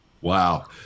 Wow